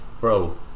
bro